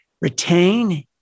retain